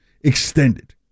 extended